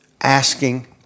asking